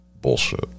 bullshit